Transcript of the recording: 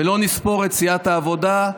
ולא נספור את סיעת העבודה,